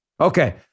Okay